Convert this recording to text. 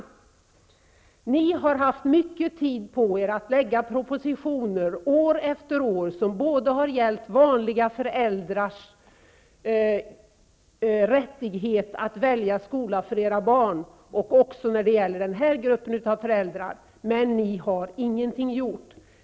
Socialdemokraterna har haft gott om tid på sig -- år efter år -- att lägga fram propositioner både om vanliga föräldrars rättighet att välja skola för sina barn och om dessa möjligheter för den här gruppen av föräldrar, men Socialdemokraterna har ingenting gjort.